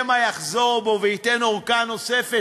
שמא יחזור בו וייתן ארכה נוספת.